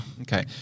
Okay